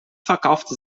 verkaufte